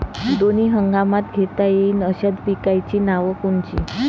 दोनी हंगामात घेता येईन अशा पिकाइची नावं कोनची?